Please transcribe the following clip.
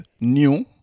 new